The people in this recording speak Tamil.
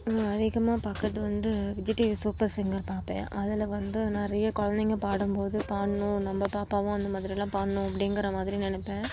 நான் அதிகமாக பார்க்கறது வந்து விஜய் டிவி சூப்பர் சிங்கர் பார்ப்பேன் அதில் வந்து நிறைய குழந்தைங்க பாடும் போது பாடணும் நம்ம பாப்பாவும் அந்த மாதிரிலாம் பாடணும் அப்படிங்கிற மாதிரி நினப்பேன்